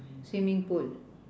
swimming pool